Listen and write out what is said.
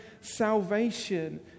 salvation